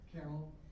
Carol